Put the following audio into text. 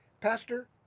Pastor